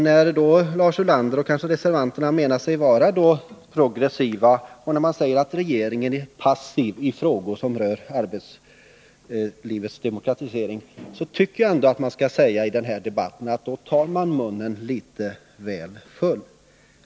När Lars Ulander och övriga reservanter menar sig vara progressiva och säger att regeringen är passiv i frågor som rör arbetslivets demokratisering, då vill jag ändå påstå att ni tar munnen litet väl full.